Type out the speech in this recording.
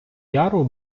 яру